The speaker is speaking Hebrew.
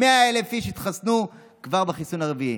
100,000 איש התחסנו כבר בחיסון הרביעי.